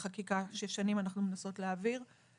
חקיקה ששנים אנחנו מנסות להעביר.